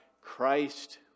Christ